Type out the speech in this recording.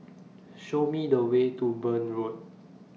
Show Me The Way to Burn Road